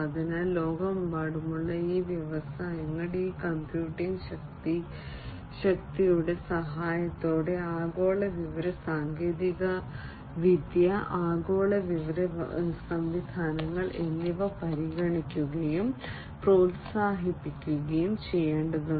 അതിനാൽ ലോകമെമ്പാടുമുള്ള ഈ വ്യവസായങ്ങൾ ഈ കമ്പ്യൂട്ടിംഗ് ശക്തിയുടെ സഹായത്തോടെ ആഗോള വിവര സാങ്കേതികവിദ്യ ആഗോള വിവര സംവിധാനങ്ങൾ എന്നിവ പരിഗണിക്കുകയും പ്രോത്സാഹിപ്പിക്കുകയും ചെയ്യേണ്ടതുണ്ട്